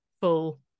full